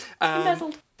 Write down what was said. Embezzled